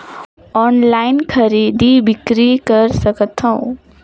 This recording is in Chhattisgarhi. ऑनलाइन खरीदी बिक्री कर सकथव?